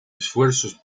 esfuerzos